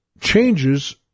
Changes